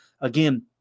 again